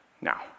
Now